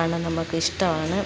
ആണ് നമുക്ക് ഇഷ്ടമാണ്